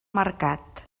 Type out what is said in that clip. mercat